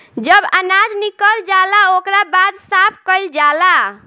जब अनाज निकल जाला ओकरा बाद साफ़ कईल जाला